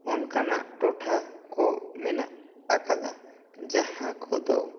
ᱚᱱᱠᱟᱱᱟᱜ ᱴᱚᱴᱷᱟ ᱠᱚ ᱢᱮᱱᱟᱜ ᱟᱠᱟᱫᱟ ᱡᱟᱦᱟᱸ ᱠᱚᱫᱚ